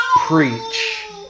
preach